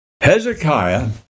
Hezekiah